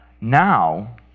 now